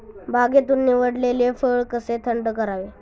बागेतून निवडलेले फळ कसे थंड करावे?